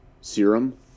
serum